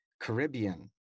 caribbean